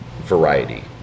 variety